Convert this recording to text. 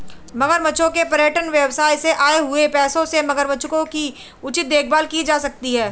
मगरमच्छों के पर्यटन व्यवसाय से आए हुए पैसों से मगरमच्छों की उचित देखभाल की जा सकती है